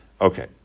Okay